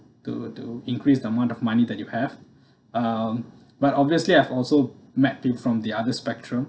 to to increase the amount of money that you have um but obviously I've also mapped it from the other spectrum